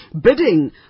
bidding